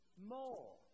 more